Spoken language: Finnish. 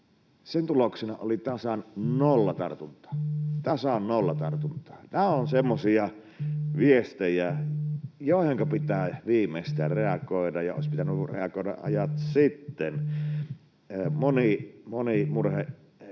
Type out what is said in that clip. tartuntaa — tasan nolla tartuntaa. Nämä ovat semmoisia viestejä, joihinka pitää viimeistään reagoida ja olisi pitänyt reagoida jo ajat sitten. Moni